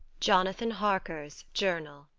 jonathan harker's journal.